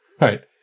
right